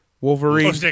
Wolverine